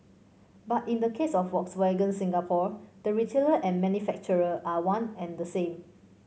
but in the case of Volkswagen Singapore the retailer and manufacturer are one and the same